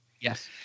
Yes